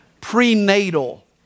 Prenatal